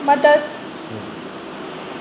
मदद